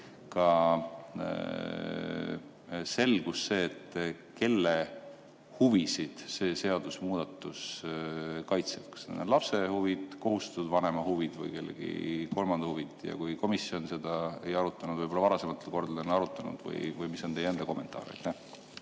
selgus, kelle huvisid see seadusmuudatus kaitseb. Kas need on lapse huvid, kohustatud vanema huvid või kellegi kolmanda huvid? Ja kui komisjon seda ei arutanud, võib-olla varasematel kordadel on arutanud või mis on teie enda kommentaar?